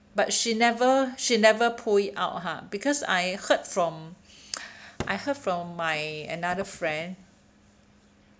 but she never she never pull it out !huh! because I heard from I heard from my another friend